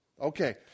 Okay